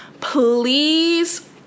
please